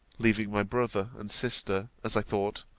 leaving my brother and sister as i thought,